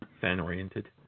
fan-oriented